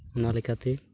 ᱚᱱᱟ ᱞᱮᱠᱟᱛᱮ